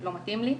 לא מתאים לי,